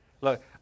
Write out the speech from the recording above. Look